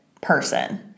person